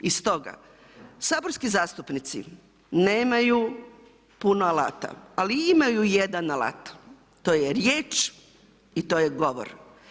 I stoga, saborski zastupnici nemaju puno alata ali imaju jedan alat to je riječ i to je govor.